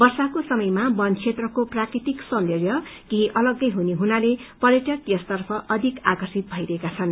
वर्षाको समयमा वन क्षेत्रको प्राकृतिक सौन्दर्य केही अलमै हुने हुनाले पर्यटक यसतर्फ अधिक आकर्षित भइरहेका छनु